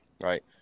right